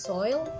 Soil